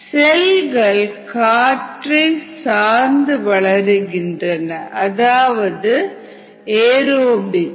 செல்கள் காற்றை சார்ந்து வளருகின்றன அதாவது ஏரோபிக்